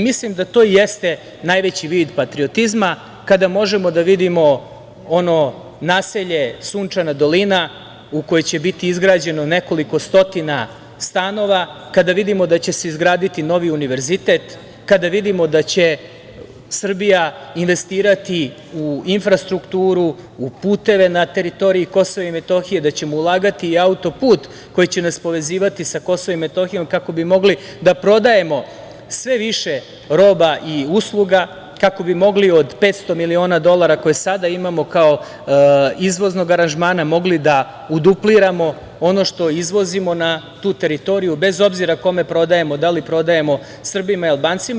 Mislim da to jeste najveći vid patriotizma kada možemo da vidimo ono naselje „Sunčana dolina“ u kome će biti izgrađeno nekoliko stotina stanova, kada vidimo da će se izgraditi novi univerzitet, kada vidimo da će Srbija investirati u infrastrukturu, u puteve na teritoriji KiM, da ćemo ulagati u autoput koji će nas povezivati sa KiM kako bi mogli da prodajemo sve više roba i usluga, kako bi mogli od 500 miliona dolara koje sada imamo, kao izvozni aranžman, da dupliramo, ono što izvozimo na tu teritoriju, bez obzira kome prodajemo, da li prodajemo Srbima ili Albancima.